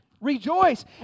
rejoice